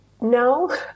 no